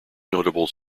notable